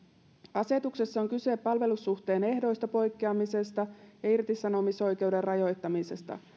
asetuksessa on kyse palvelusuhteen ehdoista poikkeamisesta ja irtisanomisoikeuden rajoittamisesta